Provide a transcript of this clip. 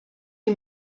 die